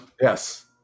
Yes